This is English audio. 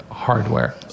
hardware